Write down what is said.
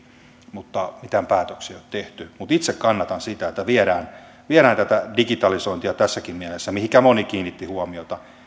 mutta mitään päätöksiä ei ole tehty itse kannatan sitä että viedään tässäkin mielessä tätä digitalisointia mihinkä moni kiinnitti huomiota